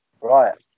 Right